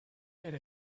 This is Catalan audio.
per